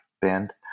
band